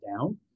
down